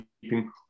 keeping